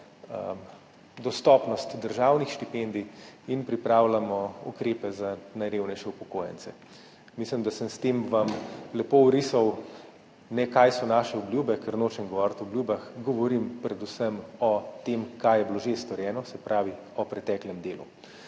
dostopnost državnih štipendij in pripravljamo ukrepe za najrevnejše upokojence. Mislim, da sem vam s tem lepo orisal, ne to, kaj so naše obljube, ker nočem govoriti o obljubah, govorim predvsem o tem, kaj je bilo že storjeno, se pravi, o preteklem delu.